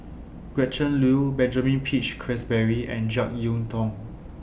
Gretchen Liu Benjamin Peach Keasberry and Jek Yeun Thong